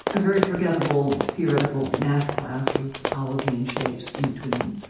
a very forgettable theoretical math class or topology and shapes in between.